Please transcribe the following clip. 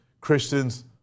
Christians